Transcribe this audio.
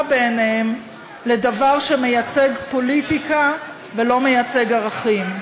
בעיניהם לדבר שמייצג פוליטיקה ולא מייצג ערכים.